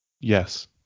Yes